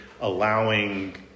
allowing